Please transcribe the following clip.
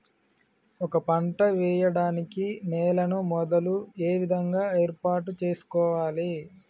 ఒక పంట వెయ్యడానికి నేలను మొదలు ఏ విధంగా ఏర్పాటు చేసుకోవాలి?